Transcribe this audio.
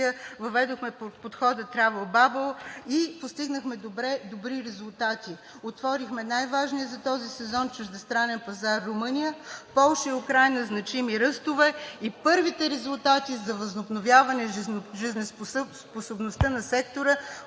въведохме подхода Травъл бабъл и постигнахме добри резултати. Отворихме най-важния за този сезон чуждестранен пазар – Румъния, Полша и Украйна – значими ръстове, и първите резултати за възобновяване жизнеспособността на сектора,